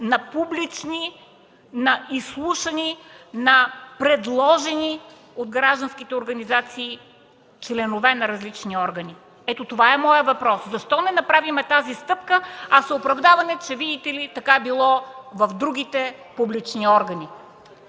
на публични, на изслушани, на предложени от гражданските организации членове на различни органи? Това е моят въпрос: защо не направим тази стъпка, а се оправдаваме, че видите ли, така било и в другите публични органи?